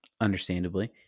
understandably